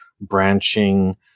branching